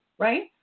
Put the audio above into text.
right